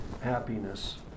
happiness